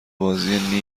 بازی